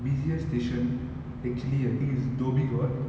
busiest station actually I think it's dhoby ghaut